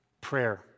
prayer